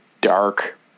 dark